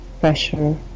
pressure